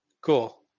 Cool